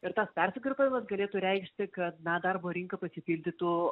ir tas persigrupavimas galėtų reikšti kad na darbo rinka pasipildytų